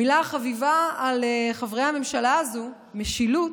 המילה החביבה על חברי הממשלה הזו, "משילות",